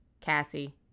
Cassie